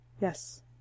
Yes